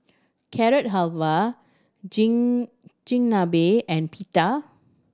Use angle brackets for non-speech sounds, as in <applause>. Carrot Halwa <unintelligible> Chigenabe and Pita